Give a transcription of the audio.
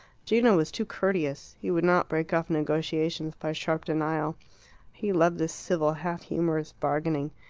gino was too courteous he would not break off negotiations by sharp denial he loved this civil, half-humorous bargaining.